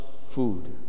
food